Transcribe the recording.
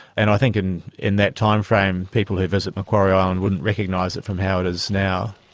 and i think in in that timeframe people who visit macquarie island wouldn't recognise it from how it is now.